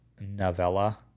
novella